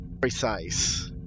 precise